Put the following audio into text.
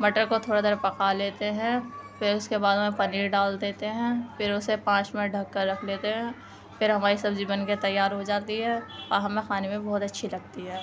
مٹر کو تھوڑا دیر پکا لیتے ہیں پھر اس کے بعد میں پنیر ڈال دیتے ہیں پھر اسے پانچ منٹ ڈھک کر رکھ دیتے ہیں پھر ہماری سبزی بن کے تیار ہو جاتی ہے اور ہمیں کھانے میں بہت اچھی لگتی ہے